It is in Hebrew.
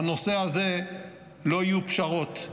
בנושא הזה לא יהיו פשרות.